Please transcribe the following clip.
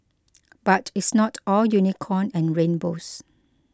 but it's not all unicorn and rainbows